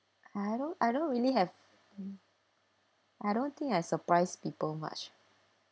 I don't I don't really have I don't think I surprise people much